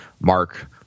mark